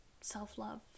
self-love